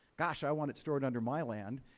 gosh, i want it stored under my land.